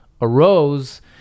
arose